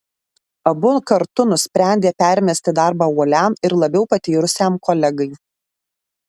abu kartu nusprendė permesti darbą uoliam ir labiau patyrusiam kolegai